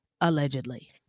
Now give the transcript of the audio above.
allegedly